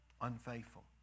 unfaithful